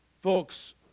Folks